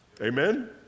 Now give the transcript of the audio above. Amen